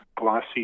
glossy